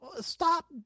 stop